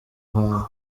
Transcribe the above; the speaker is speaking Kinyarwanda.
hantu